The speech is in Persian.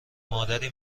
مادری